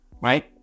right